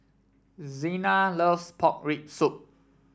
Xena loves Pork Rib Soup